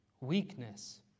weakness